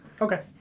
Okay